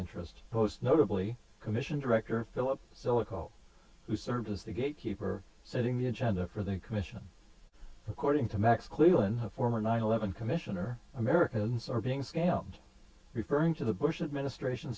interest post notably commission director philip zelikow who served as the gatekeeper setting the agenda for the commission according to max cleeland former nine eleven commissioner americans are being scammed referring to the bush administration